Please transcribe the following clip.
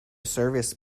service